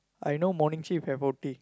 I know morning shift have O_T